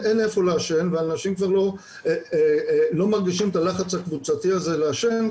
לעשן ואנשים כבר לא מרגישים את הלחץ הקבוצתי הזה לעשן,